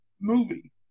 movie